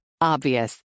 Obvious